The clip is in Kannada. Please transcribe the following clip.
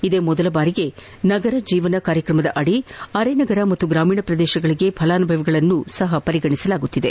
ಇದೇ ಮೊದಲ ಬಾರಿಗೆ ನಗರ ಜೀವನ ಕಾರ್ಯಕ್ರಮದಡಿ ಅರೆ ನಗರ ಅಥವಾ ಗ್ರಾಮೀಣ ಪ್ರದೇಶಗಳ ಪಲಾನುಭವಿಗಳನೂ ಸಪ ಪರಿಗಣಿಸಲಾಗುತ್ತಿದೆ